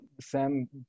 Sam